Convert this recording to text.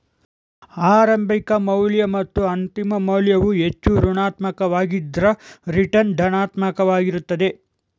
ಆರಂಭಿಕ ಮೌಲ್ಯ ಮತ್ತು ಅಂತಿಮ ಮೌಲ್ಯವು ಹೆಚ್ಚು ಋಣಾತ್ಮಕ ವಾಗಿದ್ದ್ರ ರಿಟರ್ನ್ ಧನಾತ್ಮಕ ವಾಗಿರುತ್ತೆ